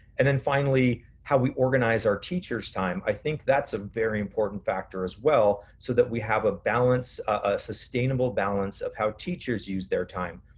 and then finally how we organize our teachers' time. i think that's a very important factor as well, so that we have a sustainable balance of how teachers use their time.